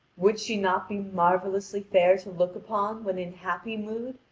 would she not be marvellously fair to look upon when in happy mood,